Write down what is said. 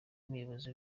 muyobozi